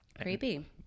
creepy